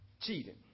cheating